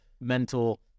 mental